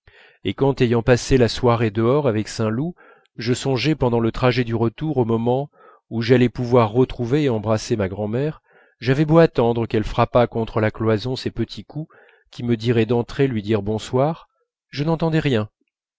et quand ayant passé la soirée dehors avec saint loup je songeais pendant le trajet du retour au moment où j'allais pouvoir retrouver et embrasser ma grand'mère j'avais beau attendre qu'elle frappât contre la cloison ces petits coups qui me diraient d'entrer lui dire bonsoir je n'entendais rien